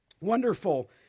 wonderful